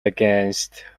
against